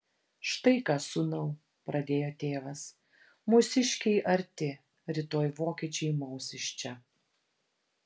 štai ką sūnau pradėjo tėvas mūsiškiai arti rytoj vokiečiai maus iš čia